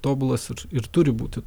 tobulas ir ir turi būti